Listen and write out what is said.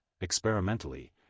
experimentally